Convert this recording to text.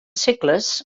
segles